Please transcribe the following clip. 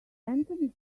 anthony